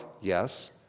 Yes